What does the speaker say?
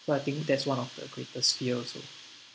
so I think that's one of the greatest fear also